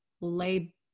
lay